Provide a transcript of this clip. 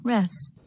Rest